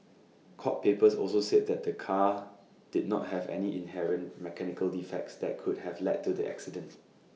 court papers also said that the car did not have any inherent mechanical defects that could have led to the accident